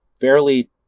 fairly